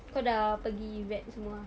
kau dah pergi vet semua ah